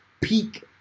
peak